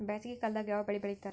ಬ್ಯಾಸಗಿ ಕಾಲದಾಗ ಯಾವ ಬೆಳಿ ಬೆಳಿತಾರ?